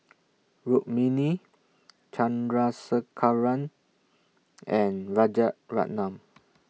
Rukmini Chandrasekaran and Rajaratnam